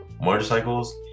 motorcycles